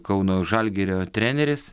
kauno žalgirio treneris